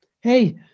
hey